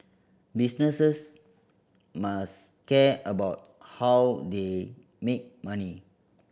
businesses must care about how they make money